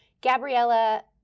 Gabriella